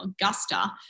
Augusta